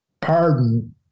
pardon